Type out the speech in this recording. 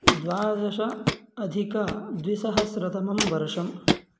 द्वादशाधिकद्विसहस्रतमं वर्षम्